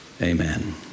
Amen